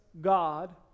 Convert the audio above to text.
God